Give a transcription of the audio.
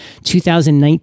2019